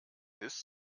ist